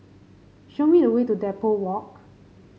show me the way to Depot Walk